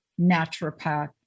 naturopath